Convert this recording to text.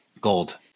gold